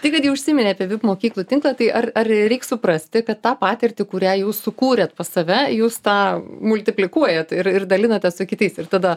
tai kad jau užsiminei apie vip mokyklų tinklą tai ar ar reik suprasti kad tą patirtį kurią jūs sukūrėt pas save jūs tą multiplikuojant ir ir dalinatės su kitais ir tada